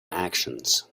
actions